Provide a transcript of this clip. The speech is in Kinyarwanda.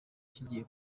kigiye